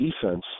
defense